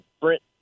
Brent